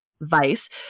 Vice